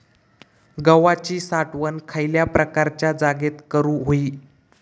गव्हाची साठवण खयल्या प्रकारच्या जागेत करू होई?